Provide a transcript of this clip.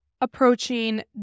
approaching